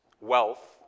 wealth